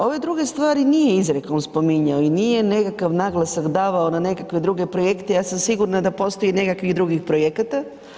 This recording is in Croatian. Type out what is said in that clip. Ove druge stvari nije izrekom spominjao i nije nekakav naglasak davao na nekakve druge projekte, ja sam sigurna da postoji i nekakvih drugih projekata.